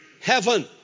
heaven